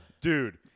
dude